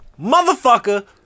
motherfucker